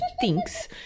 thinks